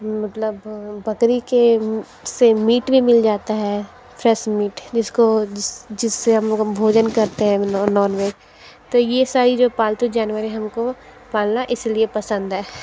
मतलब बकरी के से मीट भी मिल जाता है फ़्रैस मीट जिसको जिससे हम भोजन करते हैं नॉन वेज तो ये सारी जो पालतू जानवर हमको पालना इसलिए पसंद है